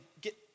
get